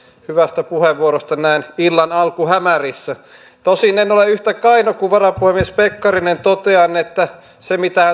hyvästä puheenvuorosta näin illan alkuhämärissä tosin en ole yhtä kaino kuin varapuhemies pekkarinen totean että se mitä